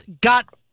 got